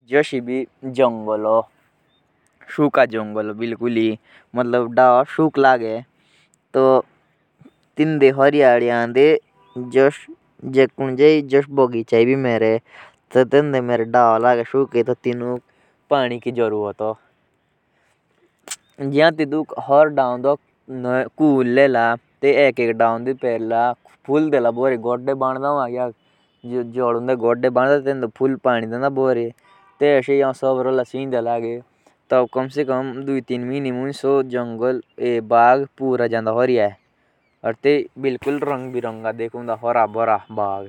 जोश कोई जंगल ह तो तेतुक रंग विरोंगो बणाणोक तेईके आमे राग बिरागे फूलु के दीव लांडे। जेतलिया जब से पोधे बोडे जले तब रंग विरंगे और बांके लगडे।